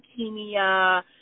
leukemia